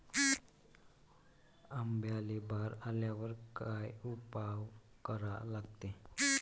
आंब्याले बार आल्यावर काय उपाव करा लागते?